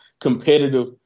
competitive